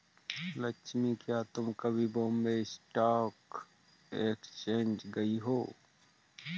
लक्ष्मी, क्या तुम कभी बॉम्बे स्टॉक एक्सचेंज गई हो?